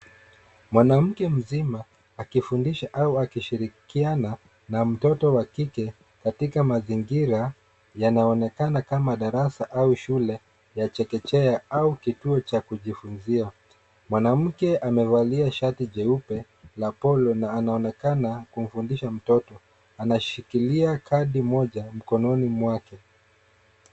Mwanamke mzima akifundisha au akishirikiana na mtoto wa kike katika mazingira yanaonekana kama darasa au shule ya chekechea au kituo cha kujifunzia. Mwanamke amevalia shati jeupe la cs[polo]cs na anaonekana akimfundisha mtoto. Anashikilia kadi moja mkononi mwake.